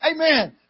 Amen